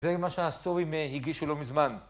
זה מה שהסטורים הגישו לא מזמן.